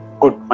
good